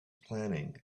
planning